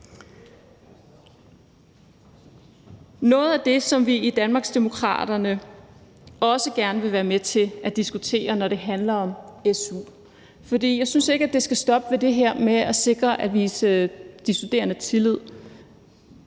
Noget af det, som vi i Danmarksdemokraterne også gerne vil være med til at diskutere, når det handler om su, handler om, at jeg ikke synes, at det skal stoppe med det her med at sikre, at vi viser de studerende tillid